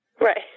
Right